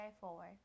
forward